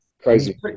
Crazy